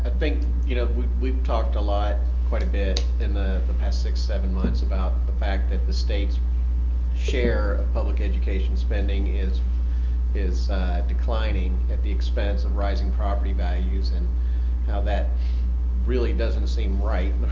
i think, you know, we've we've talked a lot, quite a bit in the the past six seven months about the fact that the state's share of public education spending is declining declining at the expense of rising property values. and how that really doesn't seem right.